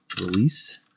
release